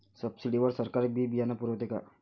Subsidy वर सरकार बी बियानं पुरवते का?